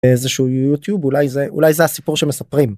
איזה שהוא יוטיוב אולי זה אולי זה הסיפור שמספרים.